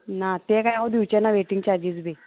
ना ते काय हांव दिवचे ना वेटींग चार्जीस बी